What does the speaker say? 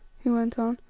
he went on,